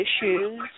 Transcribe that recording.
issues